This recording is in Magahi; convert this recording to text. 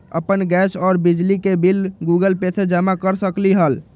अपन गैस और बिजली के बिल गूगल पे से जमा कर सकलीहल?